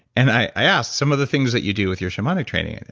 and i asked some of the things that you do with your shamanic training. and